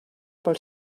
pel